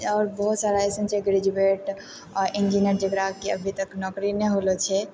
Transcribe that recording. और बहुत सारा अइसन छै ग्रेजुएट आओर इन्जीनियर जेकरा कि अभी तक नौकरी नहि होलो छै